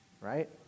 right